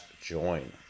join